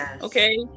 okay